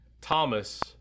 Thomas